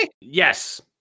Yes